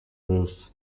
roof